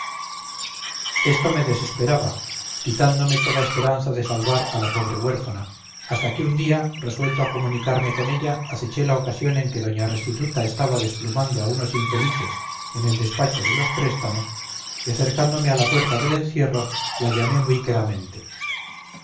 esto me desesperaba quitándome toda esperanza de salvar a lapobre huérfana hasta que un día resuelto a comunicarme con ella aceché la ocasión en que doña restituta estaba desplumando a unos infelices en el despacho de los préstamos y acercándome a la puerta del encierro la llamé muy